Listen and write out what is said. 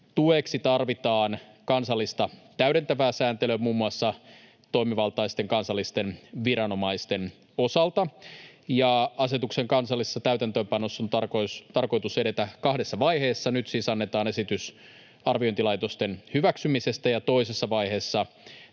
tueksi tarvitaan kansallista täydentävää sääntelyä muun muassa toimivaltaisten kansallisten viranomaisten osalta. Asetuksen kansallisessa täytäntöönpanossa on tarkoitus edetä kahdessa vaiheessa: nyt siis annetaan esitys arviointilaitosten hyväksymisestä ja toisessa vaiheessa